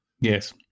Yes